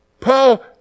Paul